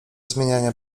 zmieniania